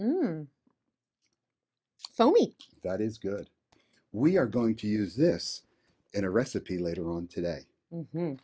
me that is good we are going to use this in a recipe later on today